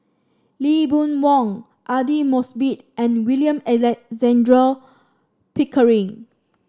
Lee Boon Wang Aidli Mosbit and William Alexander Pickering